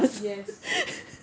yes